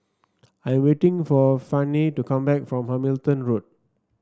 I am waiting for Fannie to come back from Hamilton Road